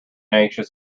anxious